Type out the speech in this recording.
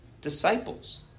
disciples